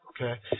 okay